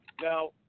Now